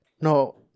No